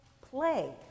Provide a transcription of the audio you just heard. play